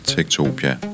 Tektopia